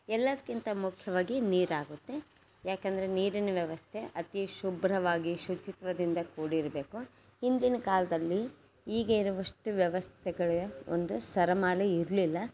ಎಲ್ಲದಕ್ಕಿಂತ ಮುಖ್ಯವಾಗಿ ನೀರಾಗುತ್ತೆ ಯಾಕಂದರೆ ನೀರಿನ ವ್ಯವಸ್ಥೆ ಅತಿ ಶುಭ್ರವಾಗಿ ಶುಚಿತ್ವದಿಂದ ಕೂಡಿರಬೇಕು ಹಿಂದಿನ ಕಾಲದಲ್ಲಿ ಈಗ ಇರುವಷ್ಟು ವ್ಯವಸ್ಥೆಗಳೆ ಒಂದು ಸರಮಾಲೆ ಇರಲಿಲ್ಲ